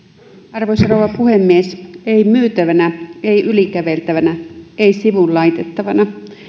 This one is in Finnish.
arvoisa rouva puhemies ei myytävänä ei yli käveltävänä ei sivuun laitettavana